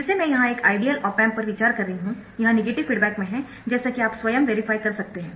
फिर से मैं यहां एक आइडियल ऑप एम्प पर विचार कर रही हूं यह नेगेटिव फीडबैक में है जैसा कि आप स्वयं वेरीफाई कर सकते है